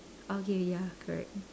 okay ya correct